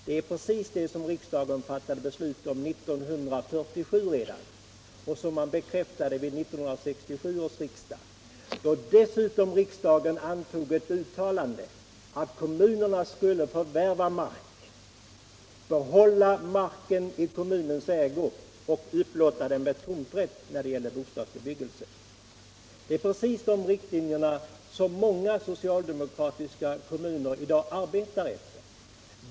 Det är precis det som riksdagen fattade beslut om redan 1947 och som man bekräftade vid 1967 års riksdag — då riksdagen dessutom antog ett uttalande att kommunerna skulle förvärva mark, behålla marken i sin ägo och upplåta den med tomträtt när det gäller bostadsbebyggelse. Det är precis de riktlinjerna som många socialdemokratiska kommuner i dag arbetar efter.